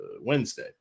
Wednesday